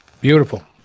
Beautiful